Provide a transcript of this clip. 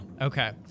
Okay